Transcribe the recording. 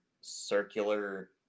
circular